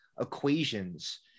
equations